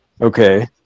Okay